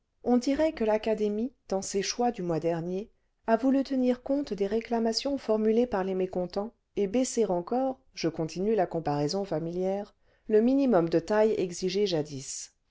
on dirait que l'académie dans ses choix du mois dernier a voulu tenir compte des réclamations formulées par les mécontents et baisser encore je continue la comparaison familière le minimum de taille exigé jadis